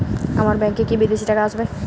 আমার ব্যংকে কি বিদেশি টাকা আসবে?